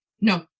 No